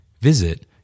Visit